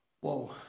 whoa